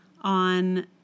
on